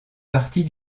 partie